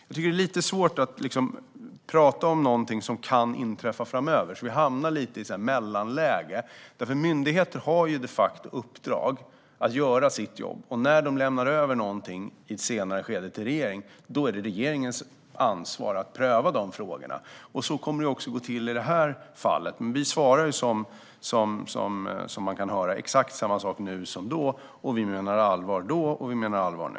Jag tycker att det är lite svårt att prata om någonting som kan inträffa framöver. Vi hamnar lite i ett mellanläge. Myndigheter har de facto i uppdrag att göra sitt jobb. När de i ett senare skede lämnar över någonting till regeringen är det regeringens ansvar att pröva de frågorna. Så kommer det också att gå till i detta fall. Vi svarar, som man kan höra, exakt samma sak nu som då. Vi menade allvar då, och vi menar allvar nu.